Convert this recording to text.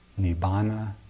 Nibbana